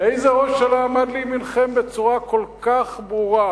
איזה ראש ממשלה עמד לימינכם בצורה כל כך ברורה,